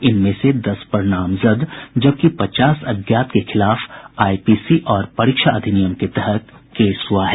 इनमें से दस नामजद जबकि पचास अज्ञात के खिलाफ आईपीसी और परीक्षा अधिनियम के तहत केस हुआ है